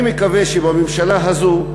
אני מקווה שהממשלה הזאת,